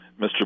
Mr